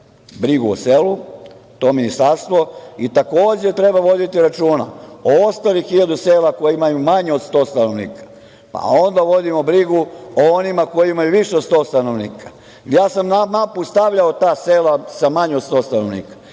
brigu o selu, to ministarstvo i takođe treba voditi računa o ostalih hiljadu sela koja imaju manje od 100 stanovnika, pa onda da vodimo brigu o onima koja imaju više od 100 stanovnika. Na mapu sam stavljao ta sela sa manje od 100 stanovnika.